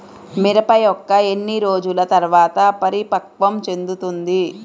మిరప మొక్క ఎన్ని రోజుల తర్వాత పరిపక్వం చెందుతుంది?